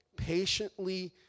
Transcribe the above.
patiently